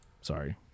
sorry